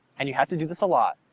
and you have to do this a lot,